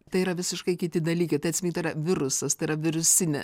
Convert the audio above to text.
tai yra visiškai kiti dalykai tai atsimink tai yra virusas tai yra virusinė